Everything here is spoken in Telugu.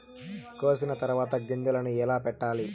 కోసిన తర్వాత గింజలను ఎలా పెట్టాలి